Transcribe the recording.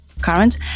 current